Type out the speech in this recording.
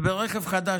ברכב חדש,